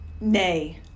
nay